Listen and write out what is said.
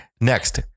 Next